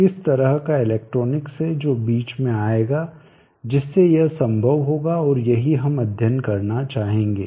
किस तरह का इलेक्ट्रॉनिक्स है जो बीच में आएगा जिससे यह संभव होगा और यही हम अध्ययन करना चाहेंगे